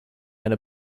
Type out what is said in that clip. eine